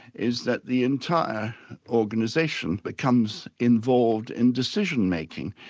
is that the entire organisation becomes involved in decision-making,